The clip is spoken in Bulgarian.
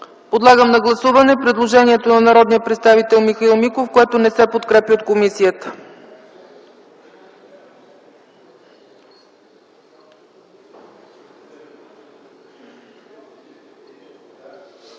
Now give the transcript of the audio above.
Подлагам на гласуване предложението на народния представител Михаил Миков, което не се подкрепя от комисията.